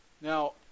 Now